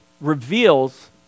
reveals